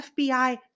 FBI